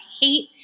hate